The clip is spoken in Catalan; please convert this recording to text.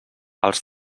als